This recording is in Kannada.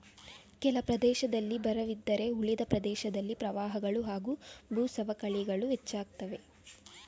ಕೆಲ ಪ್ರದೇಶದಲ್ಲಿ ಬರವಿದ್ದರೆ ಉಳಿದ ಪ್ರದೇಶದಲ್ಲಿ ಪ್ರವಾಹಗಳು ಹಾಗೂ ಭೂಸವಕಳಿಗಳು ಹೆಚ್ಚಾಗ್ತವೆ